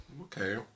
Okay